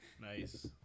Nice